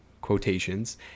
quotations